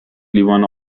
لیوان